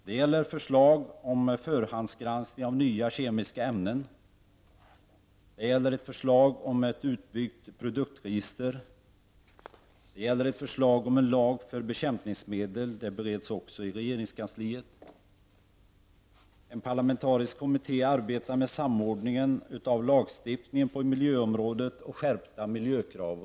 Det gäller förslag om förhandsgranskning av nya kemiska ämnen. Det gäller förslag om ett utbyggt produktregister, förslag om en lag om bekämpningsmedel -- det bereds också i regeringskansliet. En parlamentarisk kommitté arbetar med samordningen av lagstiftningen på miljöområdet och skärpta miljökrav.